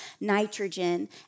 nitrogen